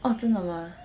orh 真的吗